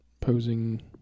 posing